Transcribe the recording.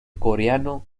coreano